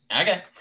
Okay